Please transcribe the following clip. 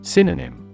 Synonym